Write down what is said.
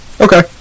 Okay